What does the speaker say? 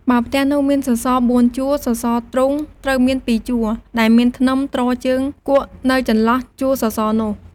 បើផ្ទះនោះមានសសរ៤ជួរ សសរទ្រូងត្រូវមាន២ជួរ ដែលមានធ្នឹមទ្រជើងគកនៅចន្លោះជួរសសរនោះ។